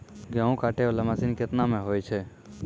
गेहूँ काटै वाला मसीन केतना मे होय छै?